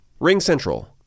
RingCentral